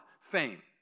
Fame